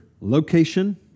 location